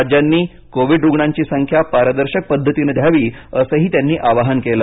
राज्यांनी कोविड रुग्णांची संख्या पारदर्शक पद्धतीनं द्यावी असंही त्यांनी आवाहन केलं